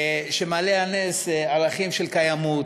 שמעלה על נס ערכים של קיימות,